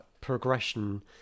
progression